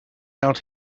out